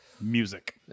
Music